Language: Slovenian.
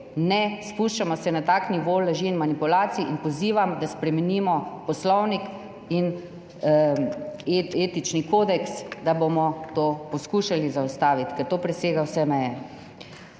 ne spuščamo se na tak nivo laži in manipulacij in pozivam, da spremenimo Poslovnik in etični kodeks, da bomo to poskušali zaustaviti, ker to presega vse meje.